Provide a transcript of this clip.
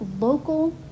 local